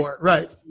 Right